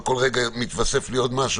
רק כל רגע מתווסף לי עוד משהו.